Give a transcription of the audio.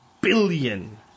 billion